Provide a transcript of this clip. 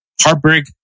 Heartbreak